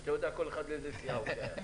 שאתה יודע לאיזו סיעה כל אחד שייך.